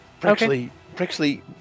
Brixley